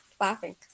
laughing